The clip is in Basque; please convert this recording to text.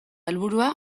helburua